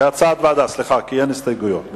כהצעת הוועדה, כי אין הסתייגויות.